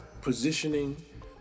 positioning